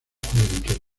juventud